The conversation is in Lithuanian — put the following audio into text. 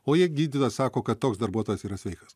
o jei gydytojas sako kad toks darbuotojas yra sveikas